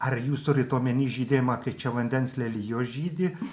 ar jūs turit omeny žydėjimą kai čia vandens lelijos žydi